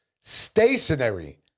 Stationary